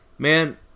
Man